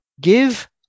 Give